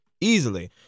easily